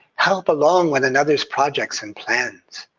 help along one another's projects and plans,